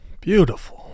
Beautiful